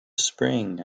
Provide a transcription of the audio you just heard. spring